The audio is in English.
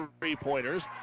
three-pointers